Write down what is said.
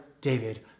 David